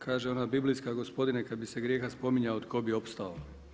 Kaže ona biblijska „Gospodine kada bi se grijeha spominjao tko bi opstao“